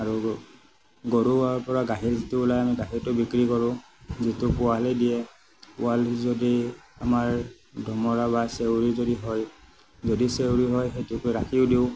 আৰু গৰু গৰুৰৰ পৰা গাখীৰ যিটো ওলায় আমি গাখীৰটো বিক্ৰী কৰোঁ যিটো পোৱালি দিয়ে পোৱালি যদি আমাৰ দমৰা বা চেঁউৰী যদি হয় যদি চেঁউৰী হয় সেইটোক ৰাখিও দিওঁ